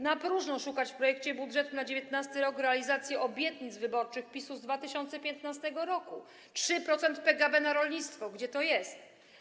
Na próżno szukać w projekcie budżetu na 2019 r. realizacji obietnic wyborczych PiS-u z 2015 r. 3% PKB na rolnictwo, gdzie to jest?